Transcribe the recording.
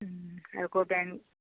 আকৌ বেং